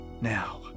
Now